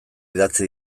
idatzi